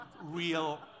real